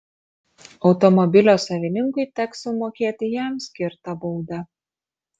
automobilio savininkui teks sumokėti jam skirtą baudą